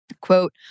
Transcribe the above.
Quote